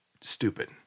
stupid